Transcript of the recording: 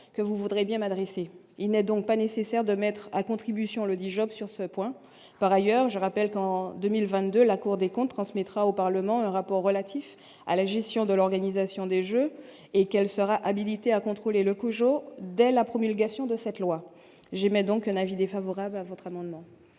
que vous voudrez bien m'adresser, il n'est donc pas nécessaire de mettre à contribution le dit jobs sur ce point, par ailleurs, je rappelle qu'en 2022, la Cour des comptes transmettra au Parlement un rapport relatif à la gestion de l'organisation des Jeux et elle sera habilitée à contrôler le COJO dès la promulgation de cette loi, j'aimais donc un avis défavorable à votre amendement.